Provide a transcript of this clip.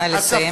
נא לסיים.